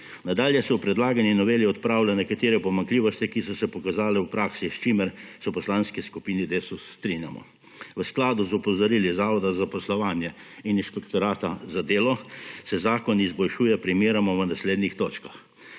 Nadalje se v predlagani noveli odpravljajo nekatere pomanjkljivosti, ki so se pokazale v praksi, s čimer se v Poslanski skupini Desus strinjamo. V skladu z opozorili Zavoda za zaposlovanja in Inšpektorata za delo se zakon izboljšuje primeroma v naslednjih točkah.